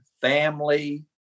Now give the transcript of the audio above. family